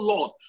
Lord